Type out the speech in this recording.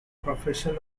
profession